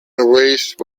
erased